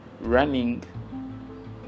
running